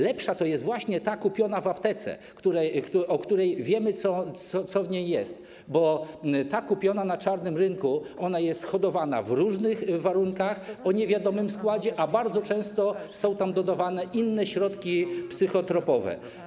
Lepsza to jest właśnie ta kupiona w aptece, o której wiemy, co w niej jest, bo ta kupiona na czarnym rynku jest hodowana w różnych warunkach, jest o niewiadomym składzie, a bardzo często są tam dodawane inne środki psychotropowe.